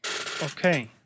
okay